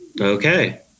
Okay